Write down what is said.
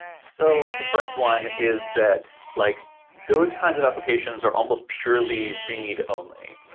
so, the first one is that like those kinds of applications are almost purely read only.